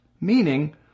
Meaning